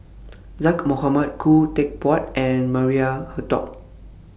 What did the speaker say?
Zaqy Mohamad Khoo Teck Puat and Maria Hertogh